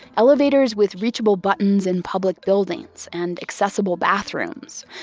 elevators with reachable buttons in public buildings, and accessible bathrooms.